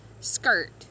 skirt